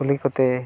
ᱠᱩᱞᱤ ᱠᱚᱛᱮ